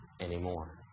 anymore